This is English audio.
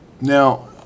Now